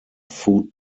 foot